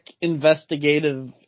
investigative